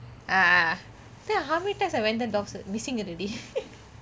ah think how many times I went there missing it already